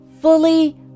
fully